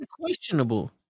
Questionable